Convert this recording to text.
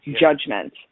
judgment